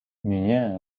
mnie